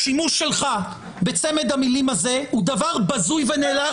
השימוש שלך בצמד המלים הזה הוא דבר בזוי ונאלח.